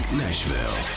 nashville